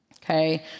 Okay